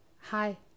Hi